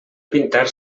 pintar